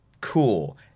Cool